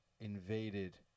invaded